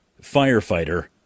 firefighter